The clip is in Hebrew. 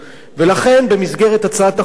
ולכן במסגרת הצעת החוק הזו,